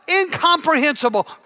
incomprehensible